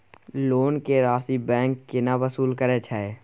Loan के राशि bank केना वसूल करे छै?